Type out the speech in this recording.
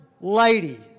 lady